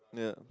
yeah